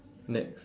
next